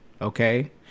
Okay